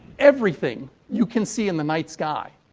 everything you can see in the night sky,